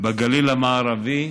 בגליל המערבי